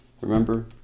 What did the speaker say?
Remember